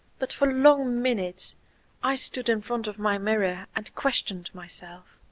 but for long minutes i stood in front of my mirror and questioned myself.